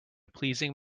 pleasing